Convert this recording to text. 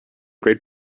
great